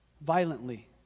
violently